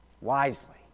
wisely